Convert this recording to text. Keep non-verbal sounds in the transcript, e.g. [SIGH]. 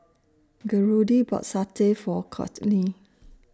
Gertrude bought Satay For Courtney [NOISE]